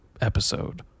episode